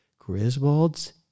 Griswold's